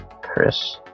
Chris